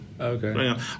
Okay